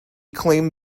claimed